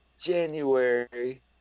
january